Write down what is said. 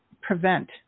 prevent